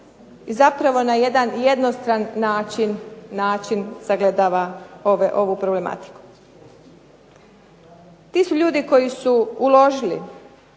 i zapravo na jedan jednostran način sagledava ovu problematiku. To su ljudi koji su uložili